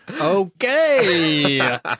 Okay